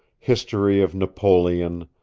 history of napoleon,